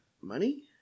money